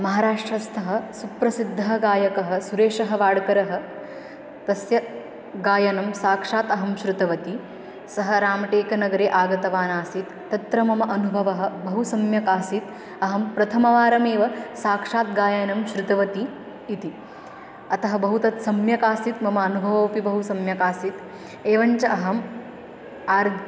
महाराष्ट्रस्थः सुप्रसिद्धः गायकः सुरेशः वाड्करः तस्य गायनं साक्षात् अहं श्रुतवती सः रामटेकनगरे आगतवान् आसीत् तत्र मम अनुभवः बहु सम्यक् आसीत् अहं प्रथमवारमेव साक्षात् गायनं श्रुतवती इति अतः बहु तत् सम्यक् आसीत् मम अनुभवोपि बहु सम्यक् आसीत् एवञ्च अहम् आर्